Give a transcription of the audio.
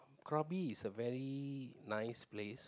Krabi is a very nice place